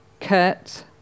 Kurt